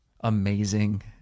amazing